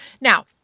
Now